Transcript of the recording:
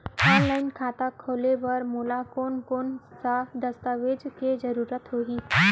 Online खाता खोले बर मोला कोन कोन स दस्तावेज के जरूरत होही?